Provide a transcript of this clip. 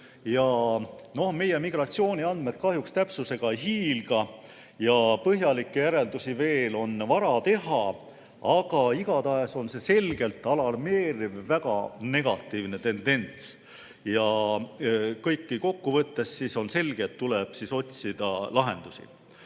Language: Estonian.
Meie migratsiooniandmed kahjuks täpsusega ei hiilga ja põhjalikke järeldusi veel on vara teha, aga igatahes on see selgelt alarmeeriv väga negatiivne tendents. Ja kõike kokku võttes on selge, et tuleb otsida lahendusi.